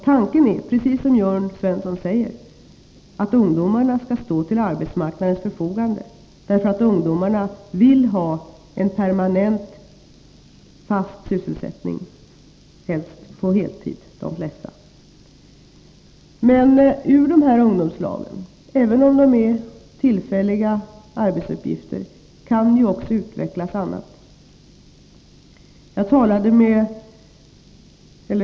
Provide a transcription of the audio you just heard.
Tanken är, precis som Jörn Svensson säger, att ungdomarna skall stå till arbetsmarknadens förfogande, därför att ungdomarna vill ha en permanent, fast sysselsättning, de flesta på heltid. Men ur de här ungdomslagen, även om det är tillfälliga arbetsuppgifter, kan också utvecklas annat.